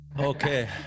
Okay